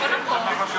כן.